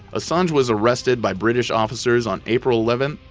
assange was arrested by british officers on april eleven,